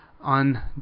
on